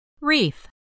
Reef